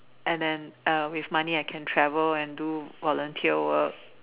and then with money I can travel and do volunteer work